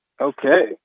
Okay